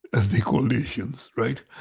as they called asians, right.